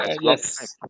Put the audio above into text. Yes